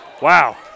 wow